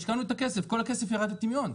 השקענו את הכסף וכל הכסף ירד לטמיון.